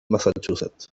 massachusetts